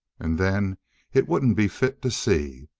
and then it wouldn't be fit to see.